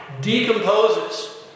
decomposes